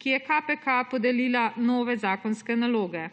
ki je KPK podelila nove zakonske naloge.